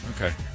Okay